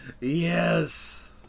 Yes